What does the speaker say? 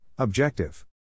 Objective